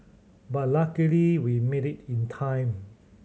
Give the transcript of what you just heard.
but luckily we made it in time